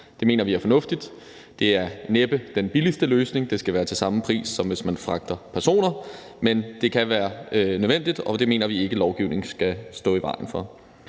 mener vi er fornuftigt. Det er næppe den billigste løsning, da det skal være til samme pris, som hvis man fragter personer, men det kan være nødvendigt, og det mener vi ikke lovgivning skal stå i vejen for.